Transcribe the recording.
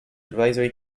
advisory